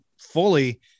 fully